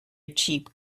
cheap